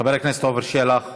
חבר הכנסת עפר שלח,